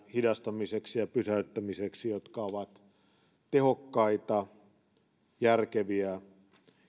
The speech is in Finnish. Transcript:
hidastamiseksi ja pysäyttämiseksi jotka ovat tehokkaita ja järkeviä